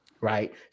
Right